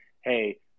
hey